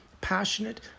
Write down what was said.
passionate